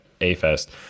A-Fest